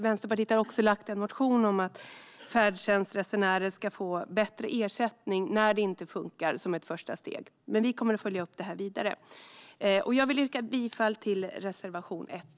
Vänsterpartiet har också lämnat en motion om att färdtjänstresenärer ska få bättre ersättning när det inte funkar som ett första steg. Vi kommer dock att följa upp detta vidare. Jag yrkar bifall till reservation 1.